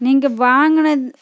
நீங்கள் வாங்கினது